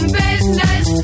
business